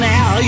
Now